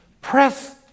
Press